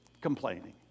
complaining